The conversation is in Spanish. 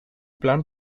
plan